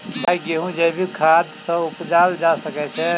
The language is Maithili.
भाई गेंहूँ जैविक खाद सँ उपजाल जा सकै छैय?